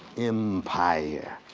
empire,